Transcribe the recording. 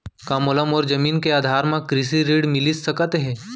का मोला मोर जमीन के आधार म कृषि ऋण मिलिस सकत हे?